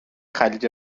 خلیج